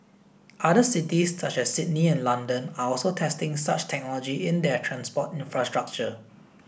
other cities such as Sydney and London are also testing such technology in their transport infrastructure